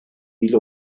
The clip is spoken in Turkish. ile